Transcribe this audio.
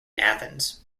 athens